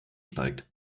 steigt